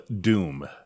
Doom